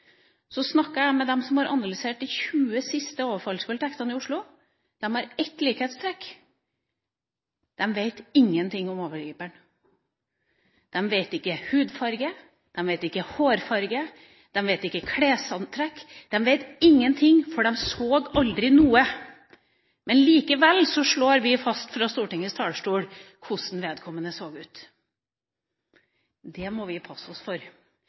jeg snakket med dem som har analysert de 20 siste overfallsvoldtektene i Oslo – så har de ett likhetstrekk: De vet ingenting om overgriperen. De vet ingenting om hudfarge, de vet ingenting om hårfarge, de vet ingenting om klær og antrekk. De vet ingenting, for de så aldri noe. Likevel slår vi fra Stortingets talerstol fast hvordan vedkommende så ut. Det må vi passe oss for,